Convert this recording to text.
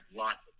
lots